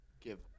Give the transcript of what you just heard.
give